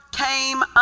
came